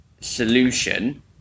solution